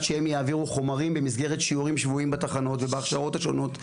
שהם יעבירו חומרים במסגרת שיעורים שונים בתחנות השונות.